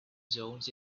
zones